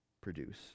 produce